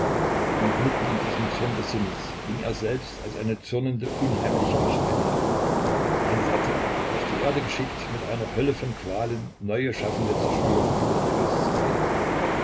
und mitten in diesem zorn des himmels ging er selbst als eine zürnende unheimliche macht einher ein satan auf die erde geschickt mit einer hölle von qualen neue schaffende zerstörung über sie auszusäen